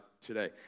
today